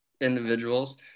individuals